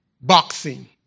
boxing